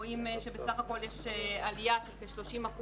רואים שבסך הכול יש עלייה של כ-30%